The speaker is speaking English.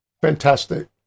Fantastic